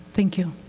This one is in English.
thank you.